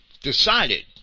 decided